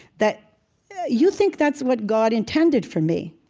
that you think that's what god intended for me.